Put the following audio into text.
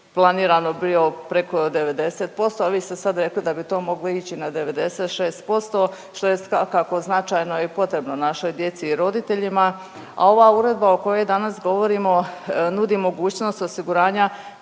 planirano bio preko 90%, a vi ste sad rekli da bi to moglo ići 96% što je svakako značajno i potrebno našoj djeci i roditeljima. A ova uredba o kojoj danas govorimo nudi mogućnost osiguranja